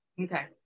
Okay